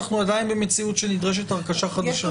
אנחנו עדיין במציאות שנדרשת הרכשה חדשה.